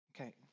Okay